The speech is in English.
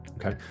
Okay